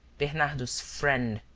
bernardo's friend.